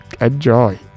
Enjoy